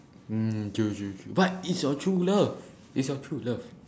mm true true true but is your true love is your true love